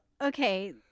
okay